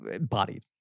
body